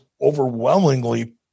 overwhelmingly